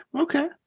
okay